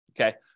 okay